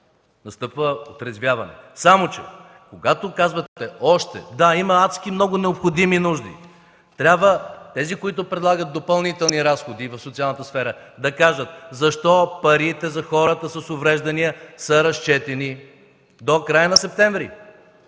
Настъпва отрезвяване, само че когато казвате „още”, да – има адски много необходими нужди. Трябва тези, които предлагат допълнителни разходи в социалната сфера, да кажат защо парите за хората с увреждания са разчетени до края на септември?